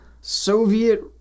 Soviet